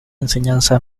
enseñanza